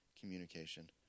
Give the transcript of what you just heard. communication